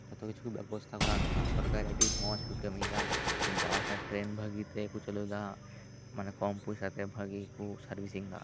ᱡᱚᱛᱚ ᱠᱤᱪᱷᱩ ᱜᱮ ᱵᱮᱵᱚᱥᱛᱷᱟ ᱠᱚᱨᱟ ᱢᱮᱱᱟᱜᱼᱟ ᱥᱚᱨᱠᱟᱨ ᱟᱹᱰᱤ ᱢᱚᱸᱡᱽ ᱠᱚ ᱠᱟᱹᱢᱤᱭᱮᱫᱟ ᱵᱟᱥ ᱟᱨ ᱴᱨᱮᱱ ᱵᱷᱟᱹᱜᱤ ᱜᱮᱠᱚ ᱪᱟᱹᱞᱩᱭᱮᱫᱟ ᱦᱟᱸᱜ ᱢᱟᱱᱮ ᱠᱚᱢ ᱯᱩᱭᱥᱟ ᱛᱮ ᱵᱷᱟᱹᱜᱤ ᱠᱚ ᱥᱟᱨᱵᱷᱤᱥᱤᱝ ᱮᱫᱟ